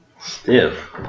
stiff